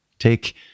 Take